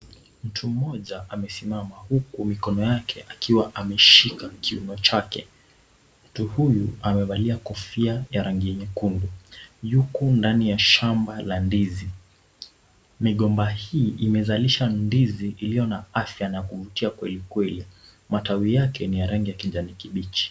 Mtu mmoja amesimama huku mikono yake akiwa ameshika kiuno chake. Mtu huyu amevalia kofia ya rangi ya nyekundu. Yuko ndani ya shamba la ndizi. Migomba hii imezalisha ndizi iliyo na afya na ya kuvutia Kweli Kweli. Matawi yake ni ya rangi ya kijaniki bichi.